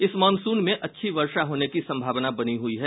इस मॉनसून में अच्छी वर्षा होने की सम्भावना बनी हुई है